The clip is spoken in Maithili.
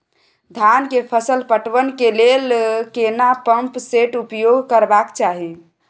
धान के फसल पटवन के लेल केना पंप सेट उपयोग करबाक चाही?